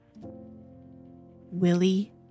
Willie